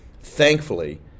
Thankfully